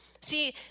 See